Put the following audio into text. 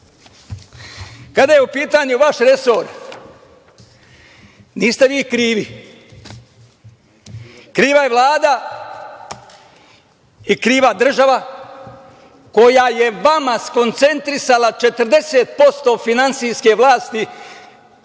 je u pitanju vaš resor, niste vi krivi. Kriva je Vlada i kriva je država koja je vama skoncentrisala 40% finansijske vlasti